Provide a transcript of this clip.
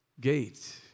gate